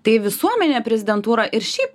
tai visuomenė prezidentūrą ir šiaip